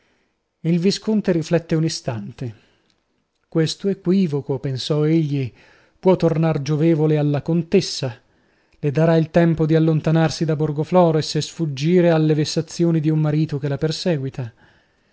il visconte riflette un istante questo equivoco pensò egli può tornar giovevole alla contessa le darà il tempo di allontanarsi da borgoflores e sfuggire alle vessazioni di un marito che la perseguita